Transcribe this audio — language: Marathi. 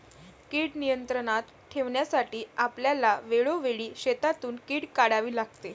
कीड नियंत्रणात ठेवण्यासाठी आपल्याला वेळोवेळी शेतातून कीड काढावी लागते